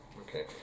Okay